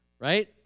right